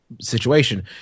situation